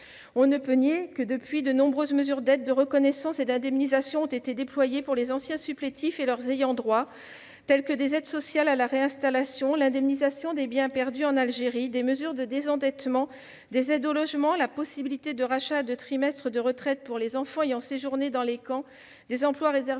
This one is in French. On ne peut le nier : depuis lors, de nombreuses mesures d'aide, de reconnaissance et d'indemnisation ont été déployées pour les anciens supplétifs et leurs ayants droit. Aides sociales à la réinstallation, indemnisation des biens perdus en Algérie, mesures de désendettement, aides au logement, possibilité de rachat de trimestres de retraite pour les enfants ayant séjourné dans les camps, emplois réservés